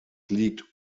liegt